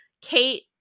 Kate